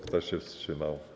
Kto się wstrzymał?